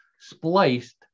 spliced